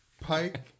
Pike